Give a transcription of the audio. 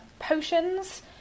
potions